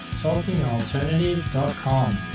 talkingalternative.com